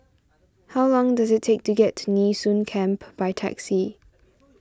how long does it take to get to Nee Soon Camp by taxi